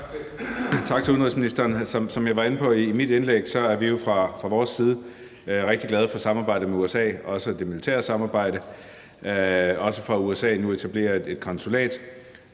Tak til udenrigsministeren. Som jeg var inde på i mit indlæg, er vi jo fra vores side rigtig glade for samarbejdet med USA, også det militære samarbejde, og også for, at USA nu etablerer et konsulat.